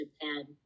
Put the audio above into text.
japan